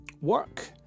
Work